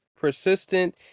persistent